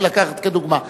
לקחת, לדוגמה,